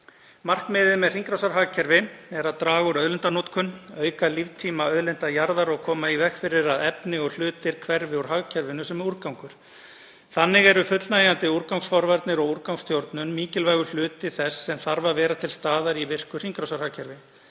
Markmiðið með hringrásarhagkerfi er að draga úr auðlindanotkun, auka líftíma auðlinda jarðar og koma í veg fyrir að efni og hlutir hverfi úr hagkerfinu sem úrgangur. Þannig eru fullnægjandi úrgangsforvarnir og úrgangsstjórnun mikilvægur hluti þess sem þarf að vera til staðar í virku hringrásarhagkerfi.